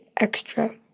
extra